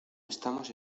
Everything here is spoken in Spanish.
estamos